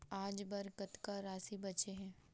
आज बर कतका राशि बचे हे?